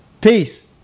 Peace